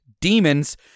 demons